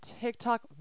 tiktok